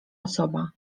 osoba